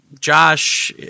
Josh